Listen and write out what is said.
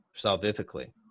salvifically